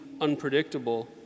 unpredictable